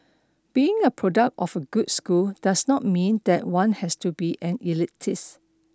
being a product of a good school does not mean that one has to be an elitist